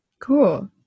Cool